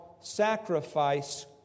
sacrifice